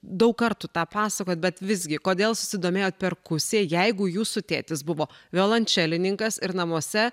daug kartų tą pasakojat bet visgi kodėl susidomėjot perkusija jeigu jūsų tėtis buvo violončelininkas ir namuose